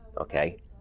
Okay